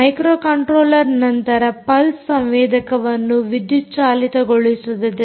microcontroller ನಂತರ pulse ಸಂವೇದಕವನ್ನು ವಿದ್ಯುತ್ ಚಾಲಿತಗೊಳಿಸುತ್ತದೆ